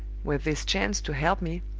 with this chance to help me,